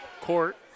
court